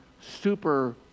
super